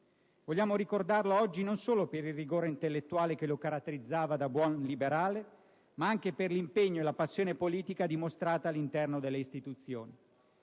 Vogliamo ricordarlo oggi non solo per il rigore intellettuale che lo caratterizzava da buon liberale, ma anche per l'impegno e la passione politica dimostrati all'interno delle istituzioni.